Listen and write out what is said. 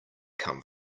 come